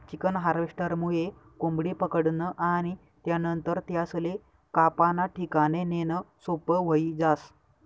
chicken हार्वेस्टरमुये कोंबडी पकडनं आणि त्यानंतर त्यासले कापाना ठिकाणे नेणं सोपं व्हयी जास